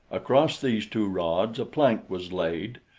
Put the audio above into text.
across these two rods a plank was laid,